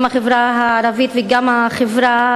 גם החברה הערבית וגם החברה